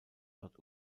dort